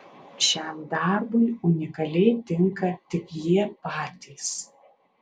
šiam darbui unikaliai tinka tik jie patys